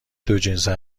دوجنسه